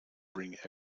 bring